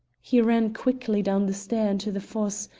he ran quickly down the stair into the fosse,